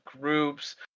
groups